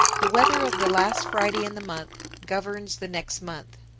the weather of the last friday in the month governs the next month.